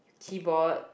keyboard